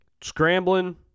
Scrambling